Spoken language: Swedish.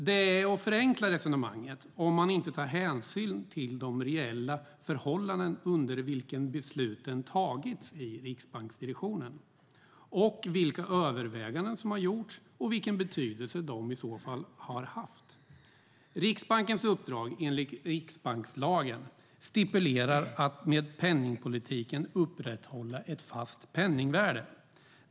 Det är att förenkla resonemanget om man inte tar hänsyn till de reella förhållanden under vilka besluten tagits i riksbanksdirektionen, vilka överväganden som har gjorts och vilken betydelse de i så fall har haft. Riksbankens uppdrag är enligt vad riksbankslagen stipulerar att med penningpolitiken upprätthålla ett fast penningvärde.